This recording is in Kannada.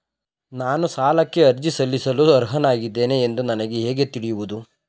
ನಾನು ಸಾಲಕ್ಕೆ ಅರ್ಜಿ ಸಲ್ಲಿಸಲು ಅರ್ಹನಾಗಿದ್ದೇನೆ ಎಂದು ನನಗೆ ಹೇಗೆ ತಿಳಿಯುವುದು?